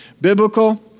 biblical